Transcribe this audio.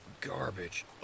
garbage